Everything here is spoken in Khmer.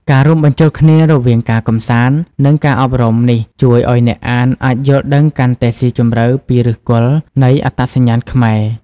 ការរួមបញ្ចូលគ្នារវាងការកម្សាន្ត និងការអប់រំនេះ ជួយឲ្យអ្នកអានអាចយល់ដឹងកាន់តែស៊ីជម្រៅពីឫសគល់នៃអត្តសញ្ញាណខ្មែរ។